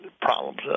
problems